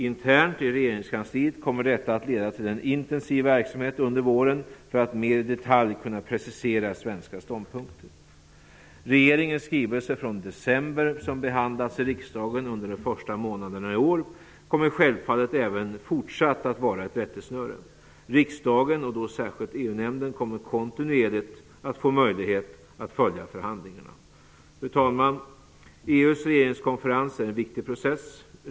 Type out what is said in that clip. Internt i regeringskansliet kommer detta att leda till en intensiv verksamhet under våren för att det skall vara möjligt att mera i detalj precisera svenska ståndpunkter. Regeringens skrivelse från december, som behandlats i riksdagen under de första månaderna i år, kommer självfallet även fortsatt att vara ett rättesnöre. Riksdagen, särskilt EU-nämnden, kommer kontinuerligt att få möjlighet att följa förhandlingarna. Fru talman! EU:s regeringskonferens är en viktig process.